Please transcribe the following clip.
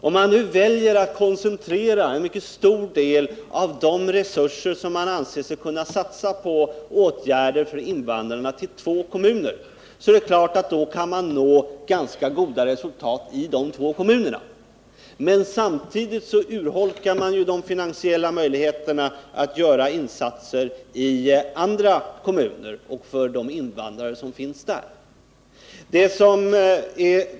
Om man väljer att koncentrera en mycket stor del av de resurser som man anser sig kunna satsa på åtgärder för invandrarna till att avse två kommuner, kan man självfallet nå ganska goda resultat i dessa båda kommuner, men samtidigt urholkar man ju de finansiella möjligheterna för att göra insatser för de invandrare som finns i andra kommuner.